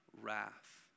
wrath